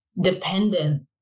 dependent